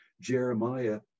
Jeremiah